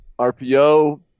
RPO